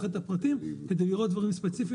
את הפרטים כדי לראות דברים ספציפיים.